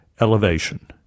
Elevation